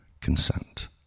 consent